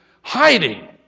hiding